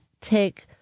take